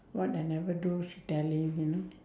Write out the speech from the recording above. what I never do she tell him you know